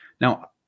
Now